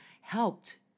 helped